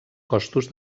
costos